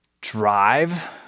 drive